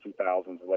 2000s